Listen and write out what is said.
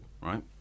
right